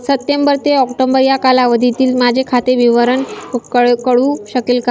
September ते October या कालावधीतील माझे खाते विवरण कळू शकेल का?